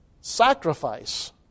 Sacrifice